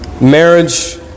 Marriage